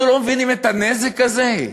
אנחנו לא מבינים את הנזק הזה?